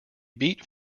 beat